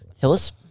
Hillis